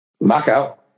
knockout